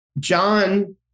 John